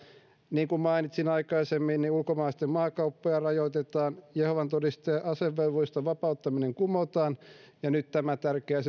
niin kuin mainitsin aikaisemmin ulkomaalaisten maakauppoja rajoitetaan jehovan todistajien asevelvollisuudesta vapauttaminen kumotaan ja nyt on tämä tärkeä